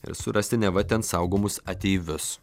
ir surasti neva ten saugomus ateivius